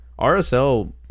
RSL